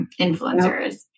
influencers